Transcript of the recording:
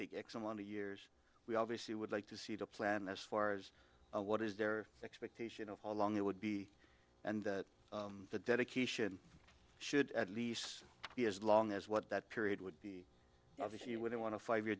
want to years we obviously would like to see the plan as far as what is their expectation of how long it would be and that the dedication should at least be as long as what that period would be obviously you wouldn't want to five y